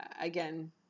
again